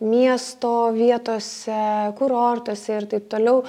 miesto vietose kurortuose ir taip toliau